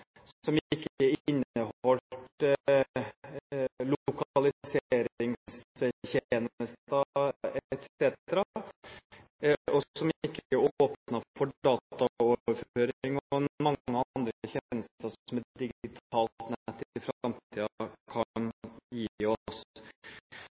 som ikke inneholdt lokaliseringstjenester etc., og som ikke åpnet for dataoverføring og mange andre tjenester som et digitalt